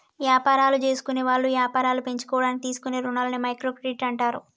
యాపారాలు జేసుకునేవాళ్ళు యాపారాలు పెంచుకోడానికి తీసుకునే రుణాలని మైక్రో క్రెడిట్ అంటారు